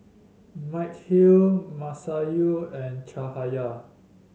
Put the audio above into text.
Mikhail Masayu and Cahaya